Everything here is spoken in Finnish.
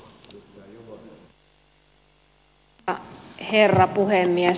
arvoisa herra puhemies